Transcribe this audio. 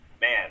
man